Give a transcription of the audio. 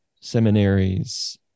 seminaries